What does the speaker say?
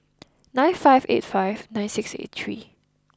nine five eight five nine six eight three